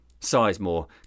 Sizemore